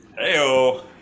Heyo